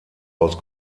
aus